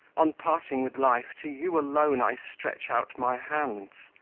on parting with life, to you alone i stretch out my hands.